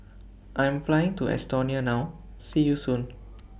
I Am Flying to Estonia now See YOU Soon